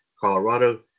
Colorado